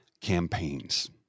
campaigns